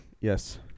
Yes